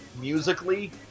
musically